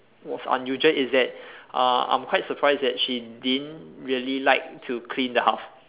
was unusual is that uh I'm quite surprise that she didn't really like to clean the house